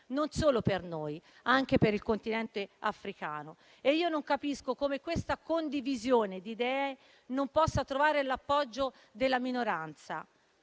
non solo per noi, anche per il Continente africano. Non capisco come questa condivisione di idee non possa trovare l'appoggio della minoranza.